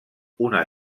una